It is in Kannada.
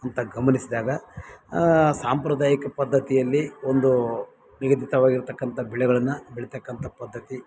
ಅಂತ ಗಮನಿಸ್ದಾಗ ಸಾಂಪ್ರದಾಯಿಕ ಪದ್ದತಿಯಲ್ಲಿ ಒಂದು ನಿಗದಿತವಾಗಿರತಕ್ಕಂಥ ಬೆಳೆಗಳನ್ನು ಬೆಳೀತಕ್ಕಂಥ ಪದ್ಧತಿ